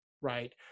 right